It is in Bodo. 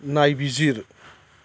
नायबिजिर